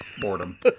boredom